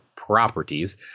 properties